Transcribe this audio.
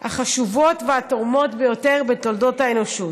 החשובות והתורמות ביותר בתולדות האנושות.